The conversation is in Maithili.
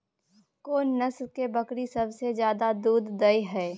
कोन नस्ल के बकरी सबसे ज्यादा दूध दय हय?